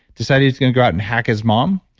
decided he's going to go out and hack his mom.